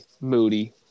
moody